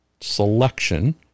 selection